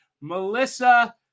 Melissa